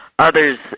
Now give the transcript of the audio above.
Others